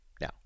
Now